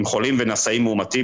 עם חולים ונשאים מאומתים,